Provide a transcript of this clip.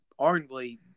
arguably